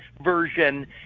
version